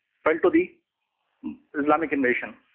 fell to the islamic invasion.